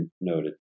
noted